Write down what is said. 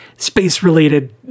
Space-related